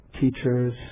teachers